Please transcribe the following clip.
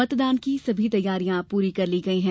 मतदान की सभी तैयारियां पूरी कर ली गई हैं